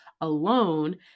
alone